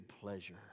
pleasure